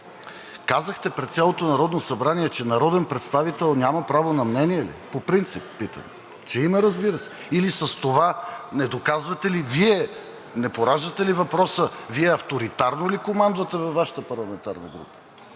Казахте пред цялото Народно събрание, че народен представител няма право на мнение ли? По принцип питам! Че има, разбира се! Или с това не доказвате ли Вие, не пораждате ли въпроса – Вие авторитарно ли командвате във Вашата парламентарна група?